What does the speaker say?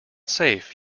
safe